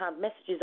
messages